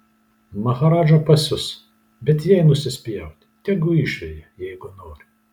maharadža pasius bet jai nusispjauti tegu išveja jeigu nori